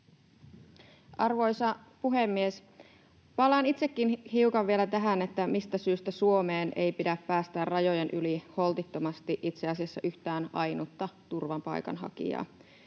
Arvoisa puhemies! Palaan itsekin hiukan vielä tähän, mistä syystä Suomeen ei pidä päästää rajojen yli holtittomasti itse asiassa yhtään ainutta turvapaikanhakijaa: